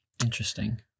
Interesting